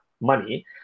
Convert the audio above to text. money